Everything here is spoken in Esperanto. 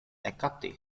ekkapti